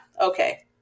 okay